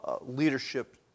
leadership